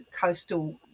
coastal